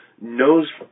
knows